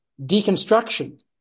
deconstruction